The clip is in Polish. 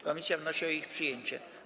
Komisja wnosi o ich przyjęcie.